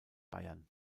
bayern